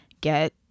get